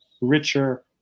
richer